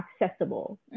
accessible